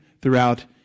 throughout